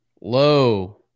Low